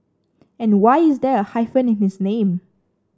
and why is there a hyphen in his name